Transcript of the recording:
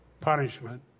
punishment